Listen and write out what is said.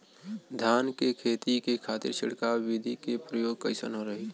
धान के खेती के खातीर छिड़काव विधी के प्रयोग कइसन रही?